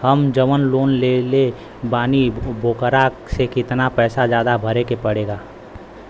हम जवन लोन लेले बानी वोकरा से कितना पैसा ज्यादा भरे के पड़ेला?